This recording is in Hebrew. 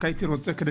כדי